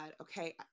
okay